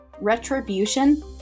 Retribution